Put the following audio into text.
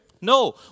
No